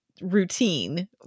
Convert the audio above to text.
routine